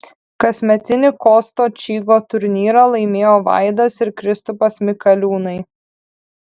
kasmetinį kosto čygo turnyrą laimėjo vaidas ir kristupas mikaliūnai